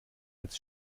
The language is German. als